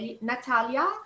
Natalia